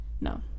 No